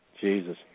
Jesus